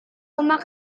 rumah